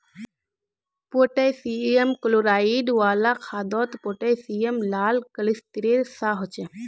potassium chloride वाला खादोत potassium लाल क्लिस्तेरेर सा होछे